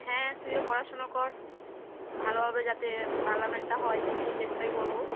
হ্যাঁ তুইও পড়াশুনো কর ভালোভাবে যাতে পার্লামেন্টটা হয় সেই চেষ্টাই করবো